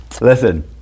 Listen